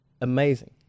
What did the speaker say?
amazing